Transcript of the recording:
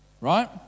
Right